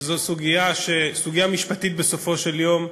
זו סוגיה משפטית בסופו של יום.